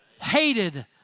hated